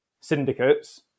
syndicates